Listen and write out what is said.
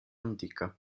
antica